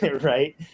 right